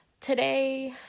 today